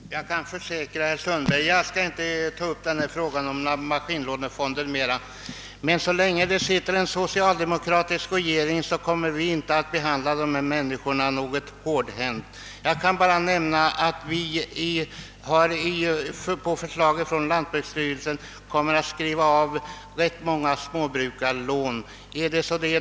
Herr talman! Jag kan försäkra fru Sundberg att jag inte skall ta upp frågan om maskinlånefonden mera. Men så länge det sitter en socialdemokratisk regering, så kommer dessa människor inte att behandlas hårdhänt. Jag kan bara nämna, att vi på förslag av lantbruksstyrelsen kommer att skriva av rätt många småbrukarlån.